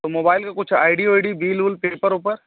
तो मोबाईल पर कुछ आइ डी ओ डी बिल उल पेपर ऊपर